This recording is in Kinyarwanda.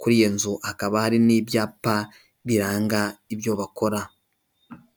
kuri iyo nzu akaba hari n'ibyapa biranga ibyo bakora.